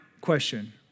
question